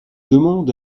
demande